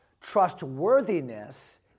trustworthiness